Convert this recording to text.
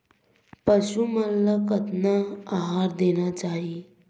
पशु मन ला कतना आहार देना चाही?